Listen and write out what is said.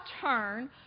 turn